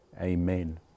Amen